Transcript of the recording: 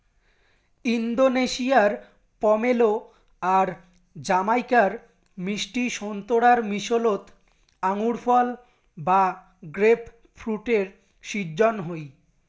ইন্দোনেশিয়ার পমেলো আর জামাইকার মিষ্টি সোন্তোরার মিশোলোত আঙুরফল বা গ্রেপফ্রুটের শিজ্জন হই